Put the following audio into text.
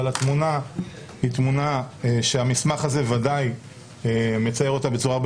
אבל התמונה היא תמונה שהמסמך הזה בוודאי מצייר אותה בצורה הרבה